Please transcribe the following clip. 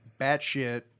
batshit